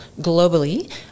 globally